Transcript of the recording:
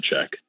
check